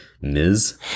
Ms